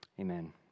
amen